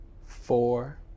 four